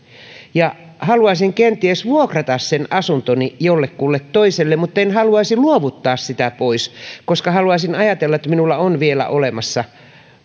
ja haluaisin kenties vuokrata sen asuntoni jollekulle toiselle mutten haluaisi luovuttaa sitä pois koska haluaisin ajatella että minulla on vielä olemassa